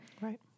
Right